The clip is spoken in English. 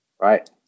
right